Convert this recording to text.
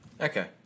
okay